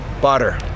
Butter